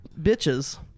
bitches